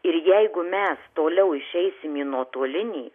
ir jeigu mes toliau išeisime į nuotolinį